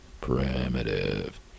primitive